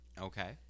Okay